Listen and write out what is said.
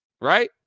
Right